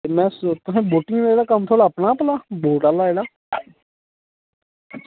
boating थोह्ड़ा कम्म अपना बोट आह्ला जेह्ड़ा